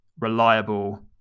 reliable